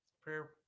Prayer